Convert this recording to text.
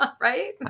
right